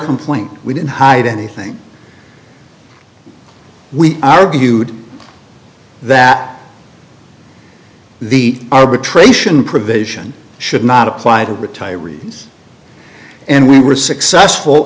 complaint we didn't hide anything we argued that the arbitration provision should not apply to retirees and we were successful